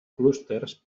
clústers